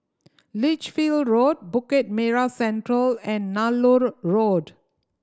Lichfield Road Bukit Merah Central and Nallur Road